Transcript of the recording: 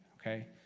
okay